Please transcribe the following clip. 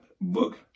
book